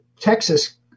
Texas